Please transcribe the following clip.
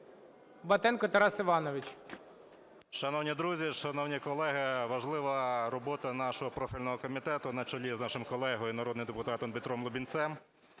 БАТЕНКО Т.І. Шановні друзі, шановні колеги! Важлива робота нашого профільного комітету на чолі з нашим колегою народним депутатом Петром Лубінцем.